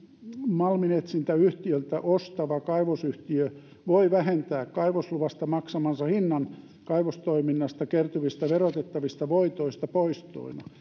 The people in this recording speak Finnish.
malminetsintäyhtiöltä ostava kaivosyhtiö voi vähentää kaivosluvasta maksamansa hinnan kaivostoiminnasta kertyvistä verotettavista voitoista poistoina